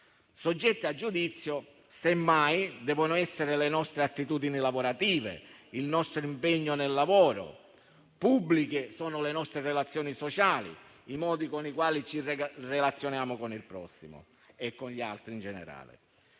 Soggetti a giudizio, semmai, devono essere le nostre attitudini lavorative e il nostro impegno nel lavoro. Pubblici sono le nostre relazioni sociali e i modi con i quali ci relazioniamo con il prossimo e con gli altri in generale.